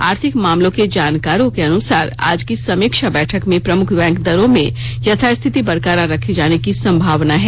आर्थिक मामलों के जानकारों के अनुसार आज की समीक्षा बैठक में प्रमुख बैंक दरों में यथास्थिति बरकरार रखे जाने की संभावना है